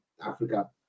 Africa